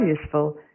useful